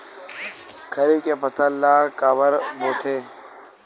खरीफ के फसल ला काबर बोथे?